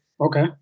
okay